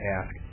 ask